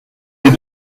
des